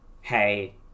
hey